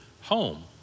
home